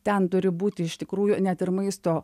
ten turi būti iš tikrųjų net ir maisto